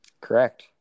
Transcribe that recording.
Correct